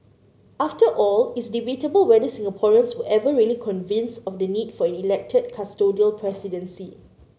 after all it's debatable whether Singaporeans were ever really convinced of the need for an elected custodial presidency